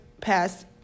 pass